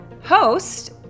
host